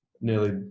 nearly